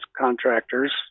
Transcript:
contractors